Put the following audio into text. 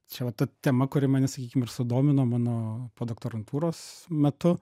čia va ta tema kuri mane sakykim ir sudomino mano podoktorantūros metu